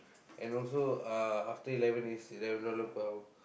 and also uh after eleven means eleven dollar per hour